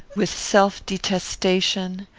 with self-detestation,